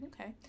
Okay